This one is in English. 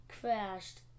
crashed